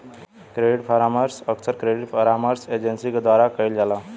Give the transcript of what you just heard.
credit परामर्श अक्सर credit परामर्श एजेंसी के द्वारा कईल जाला